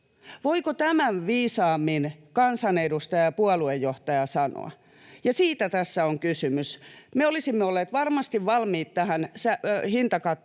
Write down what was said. Voiko tämän viisaammin kansanedustaja ja puoluejohtaja sanoa? Ja siitä tässä on kysymys. Me olisimme olleet varmasti valmiit tähän hintakattoon,